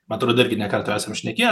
man atrodo irgi ne kartą esam šnekėję